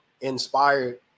inspired